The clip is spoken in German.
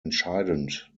entscheidend